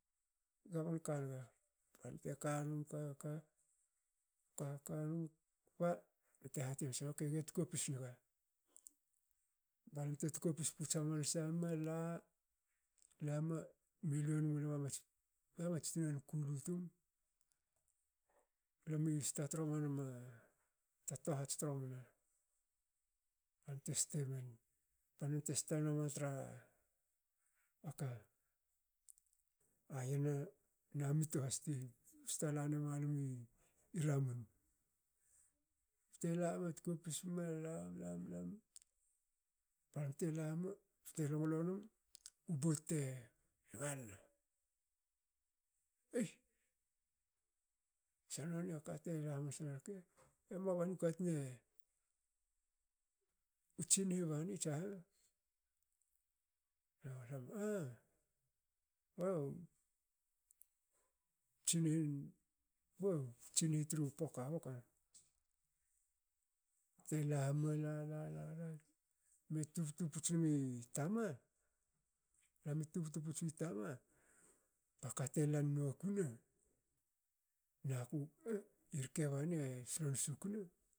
Gamon kanum. balam teka num ka- ka- kakanum kpa bte hate hamsa ge tkopis naga. balam te tkopis puts hamansa ma la lama miluen mulam amats tunan kulu tum lami sta troma nma ta tohats tromna. Balam te sta nuama tra a yana na mito has ti sta lale malam i ramun. bte lame tkopis me lam- lam- lam balam tela me bte longlo num u boat te lanma. ei sha nonia ka tela hamansa rke?"Emua bani katun e u tsinhi bani tsaha. nalam ah"u tsinhi. ba u tsinhi tru poka boka. Te lame la- la- la me tubtu puts nmi tama. lame tubtu puts nmi tama bakate lan nokune. naku oh irke bani e solon susukna